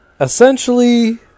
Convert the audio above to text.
Essentially